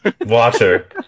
Water